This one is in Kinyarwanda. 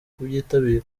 kubyitabira